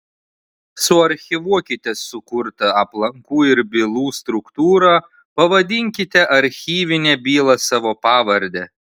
suarchyvuokite sukurtą aplankų ir bylų struktūrą pavadinkite archyvinę bylą savo pavarde